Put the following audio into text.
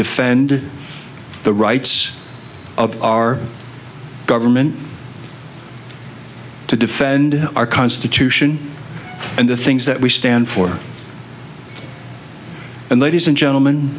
defend the rights of our government to defend our constitution and the things that we stand for and ladies and gentlem